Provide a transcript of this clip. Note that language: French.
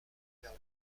vers